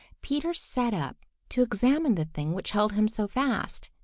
peter sat up to examine the thing which held him so fast.